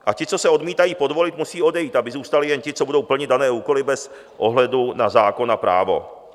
A ti, co se odmítají podvolit, musí odejít, aby zůstali jen ti, co budou plnit dané úkoly bez ohledu na zákon a právo.